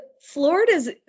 Florida's